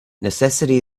necessity